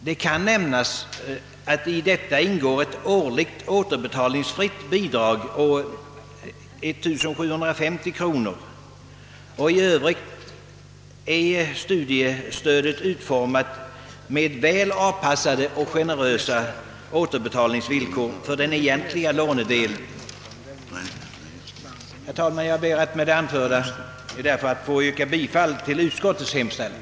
Det kan nämnas att det i detta ingår ett årligt återbetalningsfritt bidrag å 1750 kronor, och i övrigt är studiestödet utformat med väl avpassade och generösa återbetalningsvillkor för den egentliga lånedelen. Herr talman, jag ber att med det anförda få yrka bifall till utskottets hemställan.